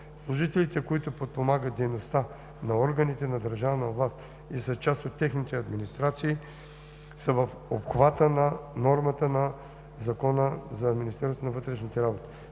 Служителите, които подпомагат дейността на органите на държавна власт и са част от техните администрации, са в обхвата на нормата на Закона за Министерството на вътрешните работи.